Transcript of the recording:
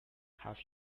have